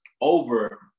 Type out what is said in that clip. over